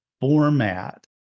format